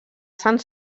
sant